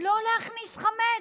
לא להכניס חמץ.